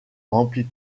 remplit